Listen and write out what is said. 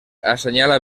assenyala